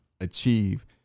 achieve